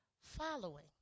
following